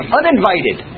uninvited